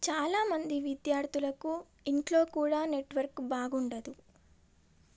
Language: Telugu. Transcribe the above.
చాలా మంది విద్యార్ధులకు ఇంట్లో కూడా నెట్వర్క్ బాగుండదు